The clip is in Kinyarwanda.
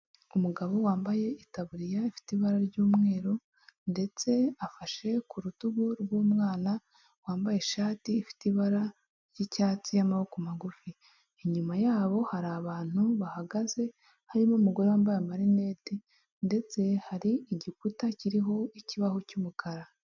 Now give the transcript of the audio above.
Umugabo wambaye itaburiya ifite ibara ry'umweru ndetse afashe ku rutugu rw'umwana wambaye ishati ifite ibara ry'icyatsi y'amaboko magufi inyuma yabo hari abantu bahagaze harimo umugore wambaye amarinete ndetse hari igikuta kiriho ikibaho cy'umukara.